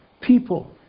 people